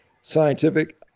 scientific